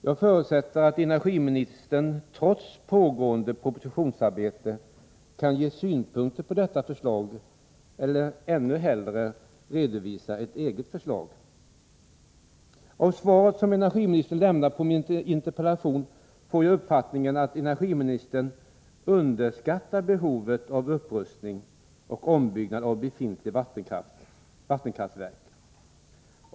Jag förutsätter att energiministern trots pågående propositionsarbete kan ge synpunkter på detta förslag eller, ännu hellre, redovisa ett eget förslag. Av det svar som energiministern lämnat på min interpellation får jag uppfattningen att energiministern underskattar behovet av upprustning och ombyggnad av befintliga vattenkraftverk.